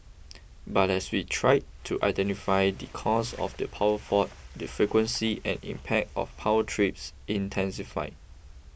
but as we tried to identify the cause of the power fault the frequency and impact of power trips intensified